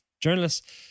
journalists